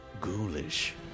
ghoulish